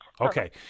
Okay